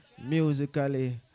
musically